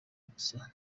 gusa